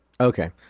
Okay